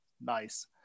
nice